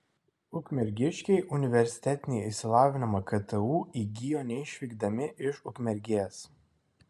ukmergiškiai universitetinį išsilavinimą ktu įgijo neišvykdami iš ukmergės